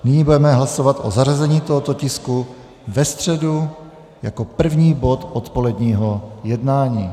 Nyní budeme hlasovat o zařazení tohoto tisku ve středu jako první bod odpoledního jednání.